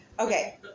Okay